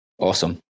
Awesome